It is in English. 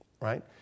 right